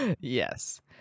Yes